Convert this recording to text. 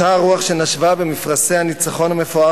אותה הרוח שנשבה במפרשי הניצחון המפואר